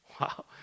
Wow